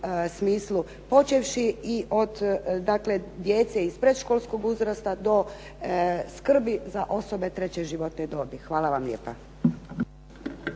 smislu počevši i od djece iz predškolskog uzrasta do skrbi za osobe treće životne dobi. Hvala vam lijepa.